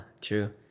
True